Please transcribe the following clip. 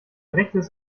rechtes